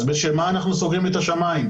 אז בשם מה אנחנו סוגרים את השמים?